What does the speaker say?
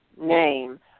name